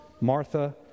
Martha